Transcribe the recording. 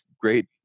great